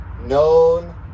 known